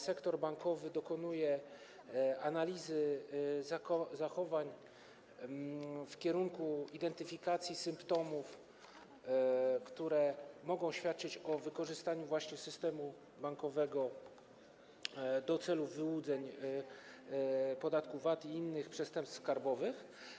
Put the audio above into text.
Sektor bankowy dokonuje analizy zachowań w kierunku identyfikacji symptomów, które mogą świadczyć o wykorzystaniu właśnie systemu bankowego do celów wyłudzeń podatku VAT i innych przestępstw skarbowych.